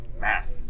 math